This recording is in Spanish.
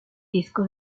disco